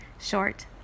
short